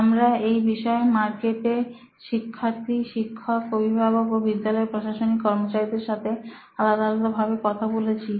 আমরা এই বিষয়ে মার্কেটে শিক্ষার্থী শিক্ষক অভিভাবক ও বিদ্যালয় প্রশাসনিক কর্মচারীদের সাথে আলাদা আলাদা ভাবে কথা বলেছি